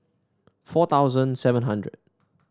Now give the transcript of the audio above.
four thousand seven hundred